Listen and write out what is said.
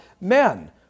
Men